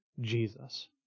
Jesus